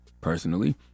Personally